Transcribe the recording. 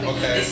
Okay